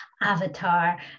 avatar